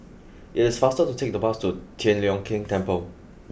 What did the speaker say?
it is faster to take the bus to Tian Leong Keng Temple